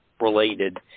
related